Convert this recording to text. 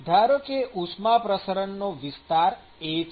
ધારો કે ઉષ્મા પ્રસરણનો વિસ્તાર A છે